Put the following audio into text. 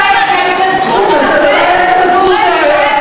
אתה טועה כי ההתנצחות שלכם גורמת להפך,